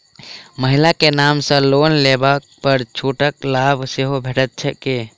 महिला केँ नाम सँ लोन लेबऽ पर छुटक लाभ सेहो भेटत की?